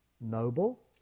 noble